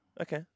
Okay